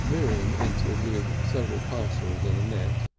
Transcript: miriam entered with several parcels in a net,